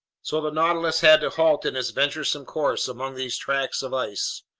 so the nautilus had to halt in its venturesome course among these tracts of ice.